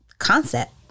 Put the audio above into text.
concept